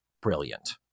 brilliant